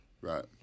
Right